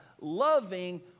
loving